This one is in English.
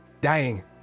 dying